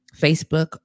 Facebook